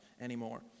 anymore